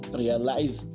realize